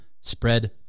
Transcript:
spread